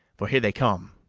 for here they come.